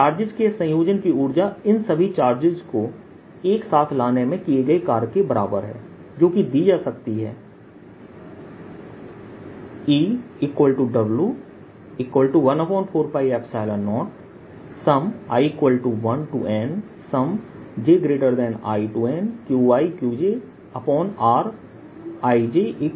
तो चार्जेस के इस संयोजन की ऊर्जा इन सभी चार्जेस को एक साथ लाने में किए गए कार्य के बराबर है जो कि दी जा सकती है यह वह ऊर्जा है जो दो आवेशों के संयोजन में होती है